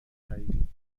خریدیم